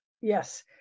Yes